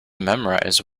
memorize